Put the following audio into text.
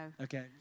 Okay